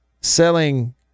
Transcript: Selling